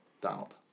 Donald